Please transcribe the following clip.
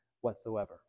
whatsoever